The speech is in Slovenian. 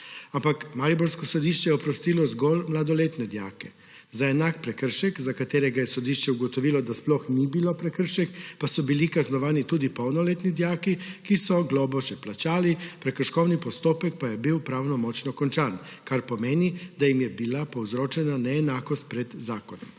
Ampak mariborsko sodišče je oprostilo zgolj mladoletne dijake. Za enak prekršek, za katerega je sodišče ugotovilo, da sploh ni bil prekršek, pa so bili kaznovani tudi polnoletni dijaki, ki so globo že plačali, prekrškovni postopek pa je bil pravnomočno končan, kar pomeni, da jim je bila povzročena neenakost pred zakonom.